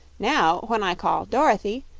now, when i call dorothy,